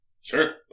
Sure